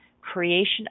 creation